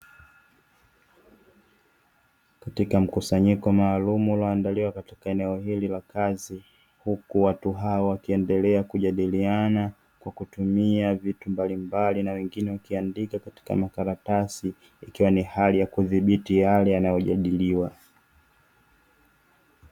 Katika mkusanyiko maalum ulioandaliwa katika eneo hili la kazi huku watu hao wakiendelea kujadiliana kwa kutumia vitu mbalimbali na wengine wakiandika katika makaratasi ikiwa ni hali ya kudhibiti yale yanayojadiliwa.